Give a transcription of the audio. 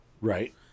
Right